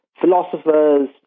philosophers